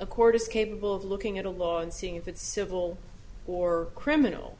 a court is capable of looking at a law and seeing if it's civil or criminal